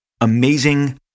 amazing